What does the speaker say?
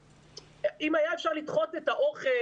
אם היה אפשר לדחות את האוכל,